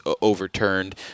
overturned